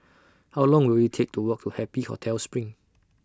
How Long Will IT Take to Walk to Happy Hotel SPRING